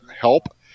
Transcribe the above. help